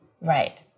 Right